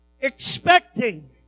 expecting